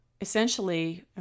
Essentially